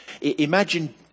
Imagine